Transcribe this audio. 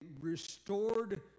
restored